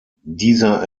dieser